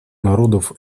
народов